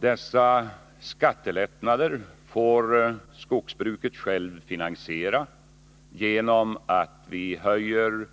Dessa skattelättnader får skogsbruket självt finansiera genom att vi höjer